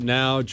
now